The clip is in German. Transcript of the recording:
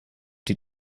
die